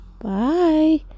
bye